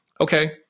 okay